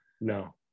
No